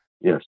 Yes